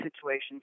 situations